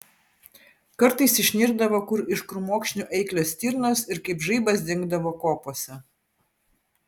kartais išnirdavo kur iš krūmokšnių eiklios stirnos ir kaip žaibas dingdavo kopose